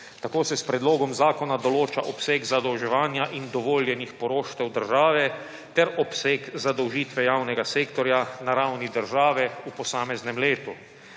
Tako se s predlogom zakona določa obseg zadolževanja in dovoljenih poroštev države ter obseg zadolžitve javnega sektorja na ravni države v posameznem letu.